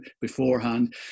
beforehand